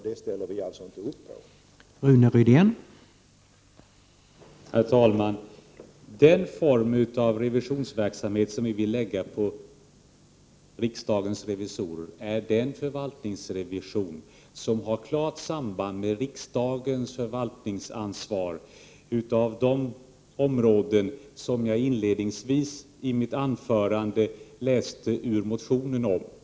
Det ställer vi socialdemokrater inte upp på.